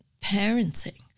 parenting